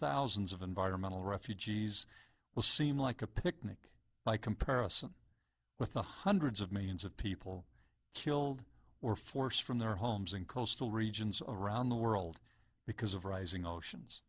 thousands of environmental refugees will seem like a picnic by comparison with the hundreds of millions of people killed or forced from their homes in coastal regions around the world because of rising oceans